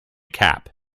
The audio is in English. cap